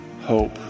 hope